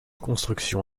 construction